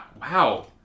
Wow